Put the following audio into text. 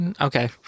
Okay